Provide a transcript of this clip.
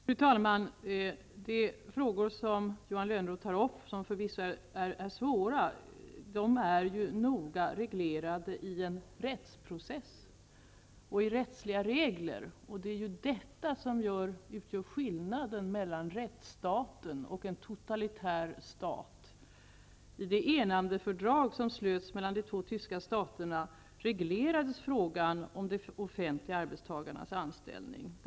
Fru talman! De frågor som Johan Lönnroth tar upp och som förvisso är svåra är noga reglerade i en rättsprocess och i rättsliga regler. Det är detta som utgör skillnaden mellan rättsstaten och en totalitär stat. I det enandefördrag som slutits mellan de två tyska staterna är frågan om de offentliga arbetstagarnas anställning reglerad.